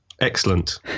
Excellent